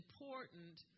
important